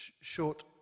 short